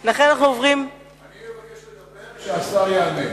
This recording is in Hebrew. אני מבקש לדבר כשהשר יענה.